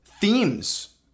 themes